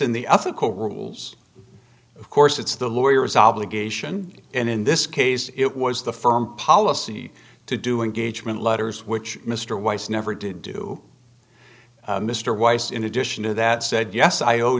in the ethical rules of course it's the lawyers obligation and in this case it was the firm policy to do engage with letters which mr weiss never did do mr weiss in addition to that said yes i owe